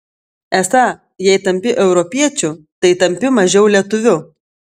esą jei tampi europiečiu tai tampi mažiau lietuviu